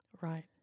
right